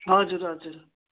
हजुर हजुर